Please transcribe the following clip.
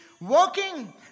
working